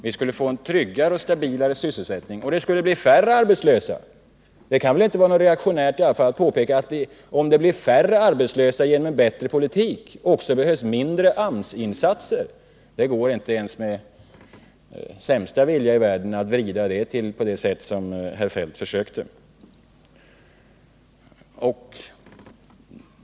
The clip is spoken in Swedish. Vi skulle få en stabilare sysselsättning, och det skulle bli färre arbetslösa. Det kan väl inte vara reaktionärt att påpeka att det, om det blir färre arbetslösa genom en bättre politik, också behövs mindre AMS-insatser. Det går inte ens med sämsta vilja i världen att vrida till det på det sätt som Kjell-Olof Feldt försökte.